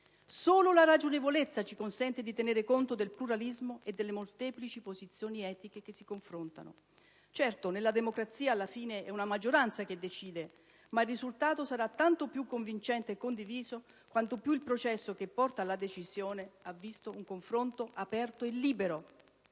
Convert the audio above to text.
Solo la ragionevolezza ci consente infatti di tenere conto del pluralismo e delle molteplici posizioni etiche che si confrontano. Certo, nella democrazia alla fine è una maggioranza che decide, ma il risultato sarà tanto più convincente e condiviso quanto più il processo che porta alla decisione ha visto un confronto aperto e libero